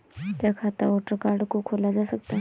क्या खाता voter card से खोला जा सकता है?